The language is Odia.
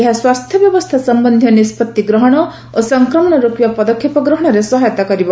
ଏହା ସ୍ୱାସ୍ଥ୍ୟ ବ୍ୟବସ୍ଥା ସମ୍ଭନ୍ଧୀୟ ନିଷ୍କତି ଗ୍ରହଣ ଓ ସଂକ୍ରମଣ ରୋକିବା ପଦକ୍ଷେପ ଗ୍ରହଣରେ ସହାୟତା କରିବ